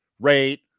rate